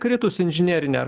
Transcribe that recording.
kritus inžinerinė ar